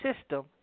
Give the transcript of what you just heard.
system